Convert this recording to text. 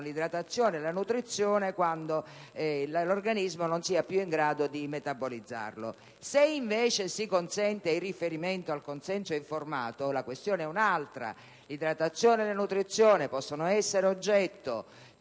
l'idratazione e la nutrizione quando l'organismo non sia più in grado di metabolizzarle. Se invece si consente il riferimento al consenso informato, la questione è un'altra: idratazione e nutrizione possono essere oggetto